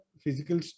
physical